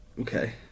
Okay